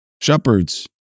shepherds